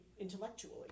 intellectually